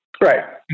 Right